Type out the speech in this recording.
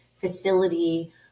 facility